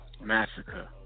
massacre